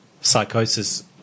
psychosis